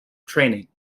training